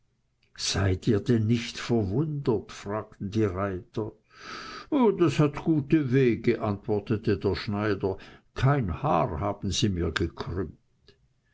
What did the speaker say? seid ihr denn nicht verwundet fragten die reiter das hat gute wege antwortete der schneider kein haar haben sie mir gekrümmt